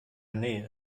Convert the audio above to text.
nee